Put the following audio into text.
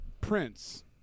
prince